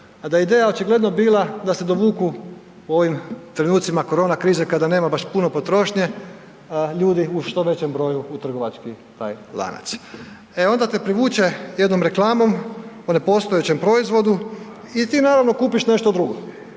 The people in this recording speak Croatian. a da je očigledno bila da se dovuku u ovim trenucima korona krize kada nema baš puno potrošnje, ljudi u što većem broju u taj trgovački lanac. E onda te privuče jednom reklamom o nepostojećem proizvodu i ti naravno kupiš nešto drugo